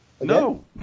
No